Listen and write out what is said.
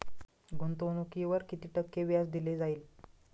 गुंतवणुकीवर किती टक्के व्याज दिले जाईल?